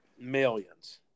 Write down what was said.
Millions